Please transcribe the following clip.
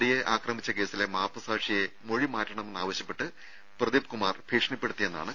നടിയെ ആക്രമിച്ച കേസിലെ മാപ്പു സാക്ഷിയെ മൊഴിമാറ്റണമെന്നാവശ്യപ്പെട്ട് പ്രദീപ് കുമാർ ഭീഷണിപ്പെടുത്തിയെന്നാണ് കേസ്